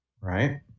Right